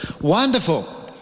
Wonderful